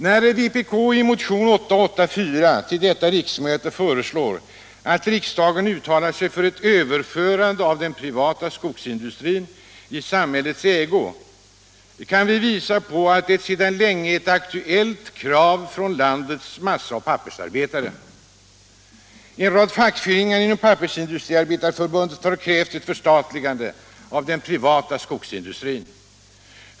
När vpk i motionen 884 till detta riksmöte föreslår att riksdagen uttalar sig för ett överförande av den privata skogsindustrin i samhällets ägo kan vi visa på att det sedan länge är ett aktuellt krav från landets massaoch pappersarbetare. En rad fackföreningar inom Svenska pappersindu striarbetareförbundet har krävt ett förstatligande av den privata skogsindustrin.